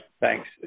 thanks